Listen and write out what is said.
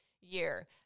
year